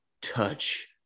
touch